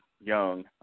young